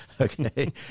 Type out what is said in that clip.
Okay